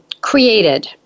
created